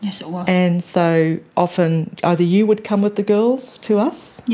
yeah so and so, often either you would come with the girls to us, yeah